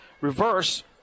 Reverse